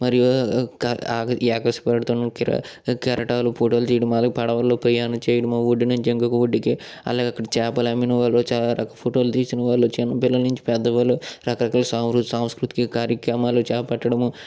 మరియు ఎగసిపడుతున్న కెరటాలు ఫోటో తీయడం అలాగే పడవల్లో ప్రయాణం చేయడము ఒడ్డు నుంచి ఇంకొక ఒడ్డుకి అలాగే అక్కడ చేపలు అమ్మిన వారు చాలా ఫోటోలు తీసిన వాళ్ళు చిన్నపిల్లల నుంచి పెద్దవాళ్ళు రకరకాల స్వాములు సంస్కృతికి కార్యక్రమాలు చేపట్టడము